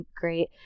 Great